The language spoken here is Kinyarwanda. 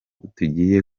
tugiye